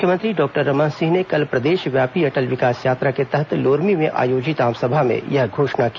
मुख्यमंत्री डॉक्टर रमन सिंह ने कल प्रदेशव्यापी अटल विकास यात्रा के तहत लोरमी में आयोजित आमसभा में यह घोषणा की